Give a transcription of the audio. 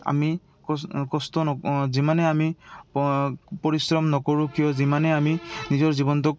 আমি কষ্ট ন যিমানেই আমি পৰিশ্ৰম নকৰোঁ কিয় যিমানেই আমি নিজৰ জীৱনটোক